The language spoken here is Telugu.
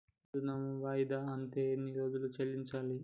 ఋణం వాయిదా అత్తే ఎన్ని రోజుల్లో చెల్లించాలి?